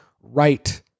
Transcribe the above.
right